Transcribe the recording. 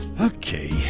Okay